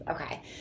Okay